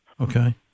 Okay